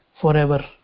forever